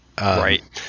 Right